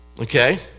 Okay